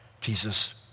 Jesus